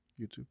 YouTube